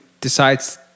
decides